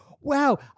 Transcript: wow